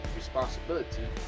responsibility